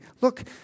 look